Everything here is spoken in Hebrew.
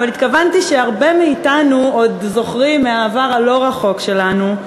אבל התכוונתי שהרבה מאתנו עוד זוכרים מהעבר הלא-רחוק שלנו,